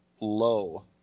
low